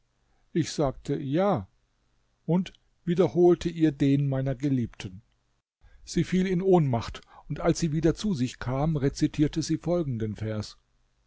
ich sagte ja und wiederholte ihr den meiner geliebten sie fiel in ohnmacht und als sie wieder zu sich kam rezitierte sie folgenden vers